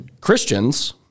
Christians